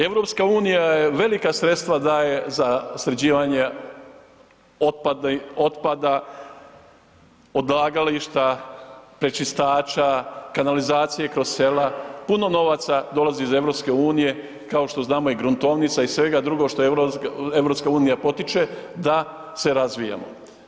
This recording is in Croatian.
EU je velika sredstva daje za sređivanje otpadni, otpada odlagališta, prečistača, kanalizacije kroz sela, puno novaca dolazi iz EU, kao što znamo i gruntovnica i svega drugo što EU potiče da se razvijamo.